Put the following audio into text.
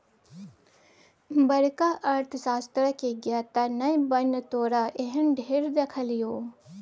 बड़का अर्थशास्त्रक ज्ञाता नहि बन तोरा एहन ढेर देखलियौ